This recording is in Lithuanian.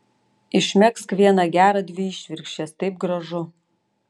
išmegzk vieną gerą dvi išvirkščias taip gražu